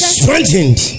Strengthened